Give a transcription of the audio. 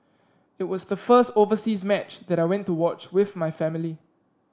it was the first overseas match that I went to watch with my family